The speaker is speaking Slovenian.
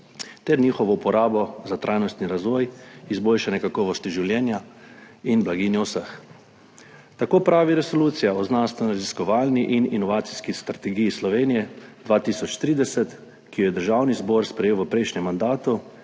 ter njihovo uporabo za trajnostni razvoj, izboljšanje kakovosti življenja in blaginjo vseh. Tako pravi Resolucija o znanstvenoraziskovalni in inovacijski strategiji Slovenije 2030, ki jo je Državni zbor sprejel v prejšnjem mandatu